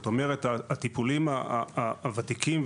הטיפולים הוותיקים,